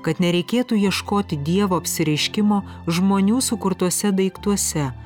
kad nereikėtų ieškoti dievo apsireiškimo žmonių sukurtuose daiktuose